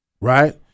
right